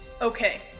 Okay